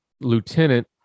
Lieutenant